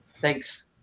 Thanks